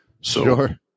Sure